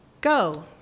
go